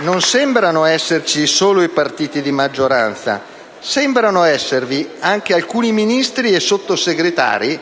non sembrano esserci solo i partiti di maggioranza, sembrano esservi anche alcuni Ministri e Sottosegretari